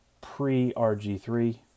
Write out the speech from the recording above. pre-RG3